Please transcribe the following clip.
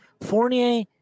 Fournier